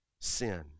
sin